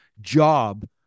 job